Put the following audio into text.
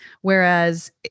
whereas